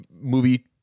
movie